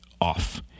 off